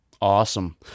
Awesome